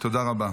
תודה רבה.